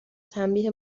تنبیه